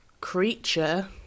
creature